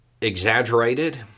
exaggerated